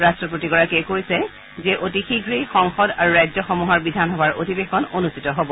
ৰাষ্টপতিগৰাকীয়ে কৈছে যে অতিশীঘ্ৰে সংসদ আৰু ৰাজ্যসমূহৰ বিধানসভাৰ অধিৱেশন অনুষ্ঠিত হ'ব